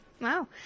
wow